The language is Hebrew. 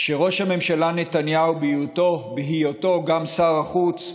שראש הממשלה נתניהו, בהיותו גם שר החוץ,